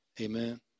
amen